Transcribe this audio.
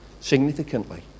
Significantly